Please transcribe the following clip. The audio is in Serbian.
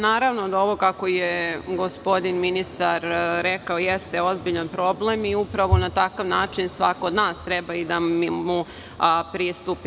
Naravno da, ovo kako je gospodin ministar rekao, jeste ozbiljan problem i upravo na takav način svako od nas treba da mu pristupi.